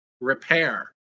repair